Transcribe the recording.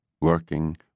working